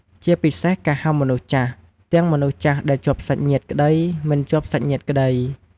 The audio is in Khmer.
ជាពិសេសការហៅមនុស្សចាស់ ទាំងមនុស្សចាស់ដែលជាប់សាច់ញាតិក្តីមិនជាប់សាច់ញាតិក្តី។